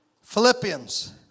Philippians